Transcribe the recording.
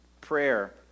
prayer